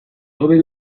hobe